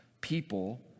People